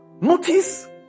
Notice